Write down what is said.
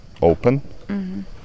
open